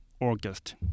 August